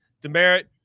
Demerit